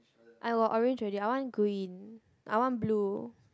I wore orange already I want green I want blue